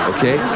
Okay